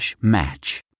match